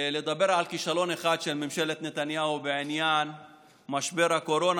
לדבר על כישלון אחד של ממשלת נתניהו בעניין משבר הקורונה.